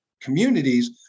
communities